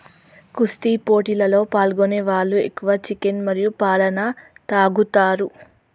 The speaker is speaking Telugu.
కుస్తీ పోటీలలో పాల్గొనే వాళ్ళు ఎక్కువ చికెన్ మరియు పాలన తాగుతారు